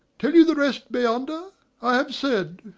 tell you the rest, meander i have said.